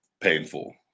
painful